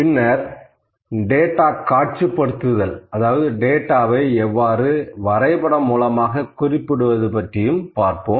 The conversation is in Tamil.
பின்னர் டேட்டா காட்சிப்படுத்துதல் அதாவது டேட்டாவை எவ்வாறு வரைபட மூலமாக குறிப்பிடுவது பற்றி பார்ப்போம்